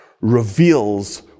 reveals